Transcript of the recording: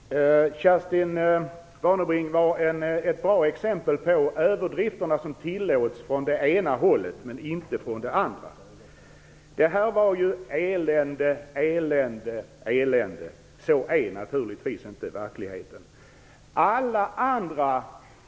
Fru talman! Kerstin Warnerbring var ett bra exempel på överdrifterna som tillåts från det ena hållet, men inte från det andra. Det var eländes elände och åter elände. Så är det naturligtvis inte i verkligheten.